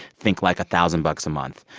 think, like, a thousand bucks a month.